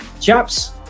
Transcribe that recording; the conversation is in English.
Chaps